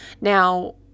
Now